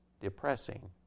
depressing